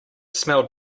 smelled